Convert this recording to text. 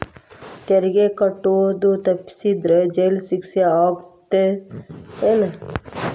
ತೆರಿಗೆ ಕಟ್ಟೋದ್ ತಪ್ಸಿದ್ರ ಜೈಲ್ ಶಿಕ್ಷೆ ಆಗತ್ತೇನ್